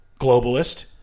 globalist